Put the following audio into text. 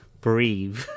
breathe